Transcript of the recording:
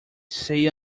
say